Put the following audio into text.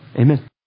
amen